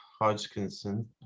hodgkinson